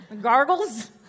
Gargles